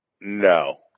No